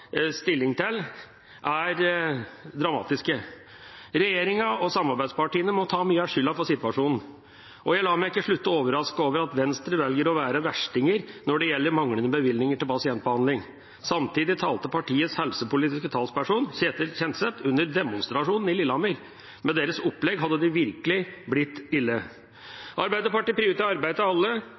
stilling til, er dramatiske. Regjeringa og samarbeidspartiene må ta mye av skylda for situasjonen, og jeg lar meg ikke slutte å overraske over at Venstre velger å være verstinger når det gjelder manglende bevilgninger til pasientbehandling. Samtidig talte partiets helsepolitiske talsperson, Ketil Kjenseth, under demonstrasjonen i Lillehammer. Med deres opplegg hadde det virkelig blitt ille. Arbeiderpartiet prioriterer arbeid til alle,